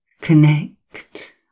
connect